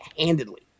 handedly